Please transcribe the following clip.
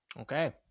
Okay